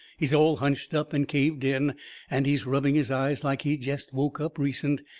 he's all hunched up and caved in and he's rubbing his eyes like he's jest woke up recent,